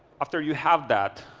after you have that,